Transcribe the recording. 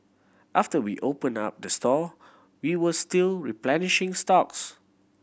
after we opened up the store we were still replenishing stocks